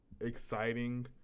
exciting